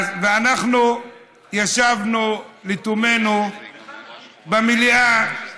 אנחנו ישבנו לתומנו במליאה, אמרנו: